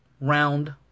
round